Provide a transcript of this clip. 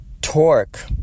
torque